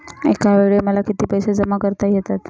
एकावेळी मला किती पैसे जमा करता येतात?